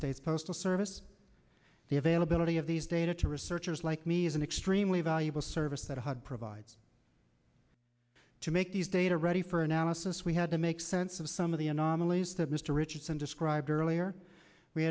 states postal service the availability of these data to researchers like me is an extremely valuable service that would provide to make these data ready for analysis we had to make sense of some of the anomalies that mr richardson described earlier we